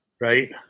Right